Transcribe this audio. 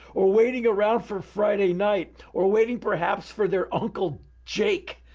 or waiting around for friday night, or waiting, perhaps, for their uncle jake,